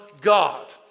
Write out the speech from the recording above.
God